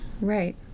right